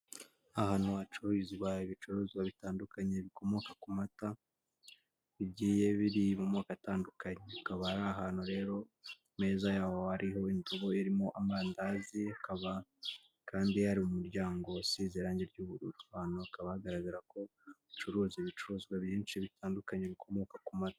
Ahantu hacururizwa ibicuruzwa bitandukanye bikomoka ku mata, bigiye biri mu moko atandukanye, hakaba ari ahantu rero ameza yaho ariho indobo irimo amandazi, hakaba kandi hari umuryango usize irangi ry'uburu, aho hantu hakaba hagaragara ko bacuruza ibicuruzwa byinshi bitandukanye bikomoka ku mata.